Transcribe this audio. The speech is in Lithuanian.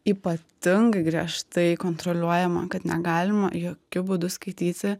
ypatingai griežtai kontroliuojama kad negalima jokiu būdu skaityti